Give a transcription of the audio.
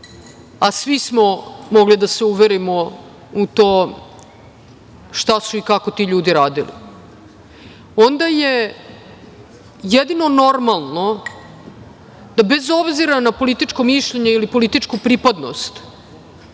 a svi smo mogli da se uverimo u to šta su i kako ti ljudi radili, onda je jedino normalno da bez obzira na političko mišljenje ili političku pripadnost,